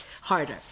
harder